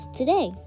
today